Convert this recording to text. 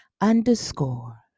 underscore